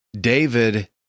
David